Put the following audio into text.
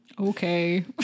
Okay